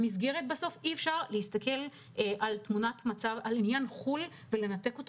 אי-אפשר להסתכל על חו"ל ולנתק אותו